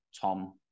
Tom